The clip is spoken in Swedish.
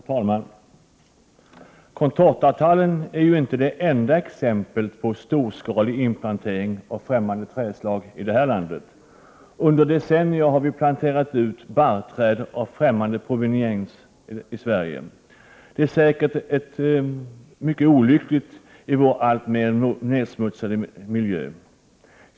Herr talman! Contortatallen är inte det enda exemplet på storskalig inplantering av främmande trädslag i Sverige. Under decennier har vi planterat ut barrträd av främmande proveniens i vårt land. Det är säkert mycket olyckligt för vår miljö som nedsmutsas alltmer.